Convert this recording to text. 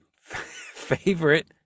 favorite